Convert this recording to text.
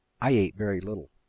i ate very little.